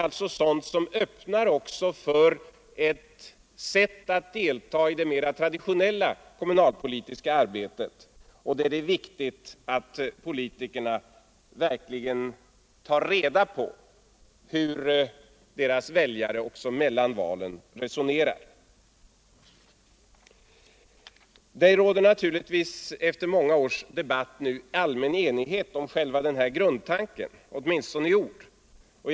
Det är sådant som öppnar för medborgarna att delta i det mera traditionella kommunalpolitiska arbetet, där det är viktigt att politikerna verkligen tar reda på hur deras väljare resonerar också mellan valen. Det råder naturligtvis nu, efter många års debatt, allmän enighet om denna grundtanke — åtminstone i ord.